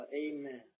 Amen